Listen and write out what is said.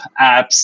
apps